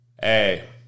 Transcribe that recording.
Hey